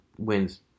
wins